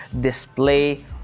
display